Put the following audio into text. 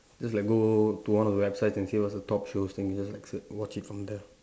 just like go to one of the websites and see what's the top shows then you just like se~ watch it from there